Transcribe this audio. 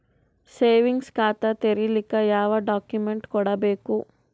Savings ಖಾತಾ ತೇರಿಲಿಕ ಯಾವ ಡಾಕ್ಯುಮೆಂಟ್ ಕೊಡಬೇಕು?